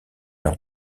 leur